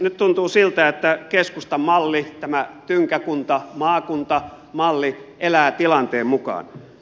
nyt tuntuu siltä että keskustan malli tämä tynkäkuntamaakunta malli elää tilanteen mukaan